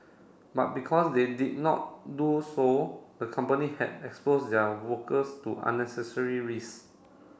but because they did not do so the company had expose their workers to unnecessary risk